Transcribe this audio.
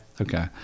Okay